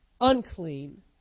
unclean